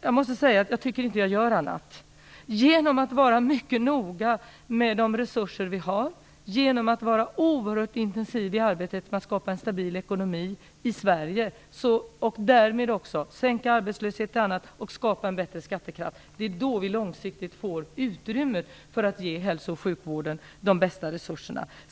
Jag måste säga att jag tycker inte att jag gör annat. Genom att vara mycket noga med de resurser vi har, genom att vara oerhört intensiv i arbetet med att skapa en stabil ekonomi i Sverige, och därmed sänka arbetslöshet och skapa en bättre skattekraft, är det som långsiktigt ger oss utrymme att ge hälso och sjukvården de bästa resurserna.